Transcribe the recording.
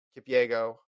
Kipiego